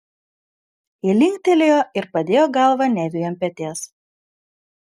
ji linktelėjo ir padėjo galvą neviui ant peties